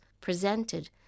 presented